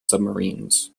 submarines